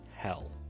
Hell